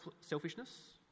selfishness